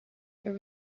there